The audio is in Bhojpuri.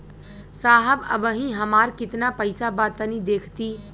साहब अबहीं हमार कितना पइसा बा तनि देखति?